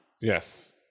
Yes